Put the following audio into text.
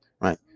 right